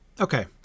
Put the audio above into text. Okay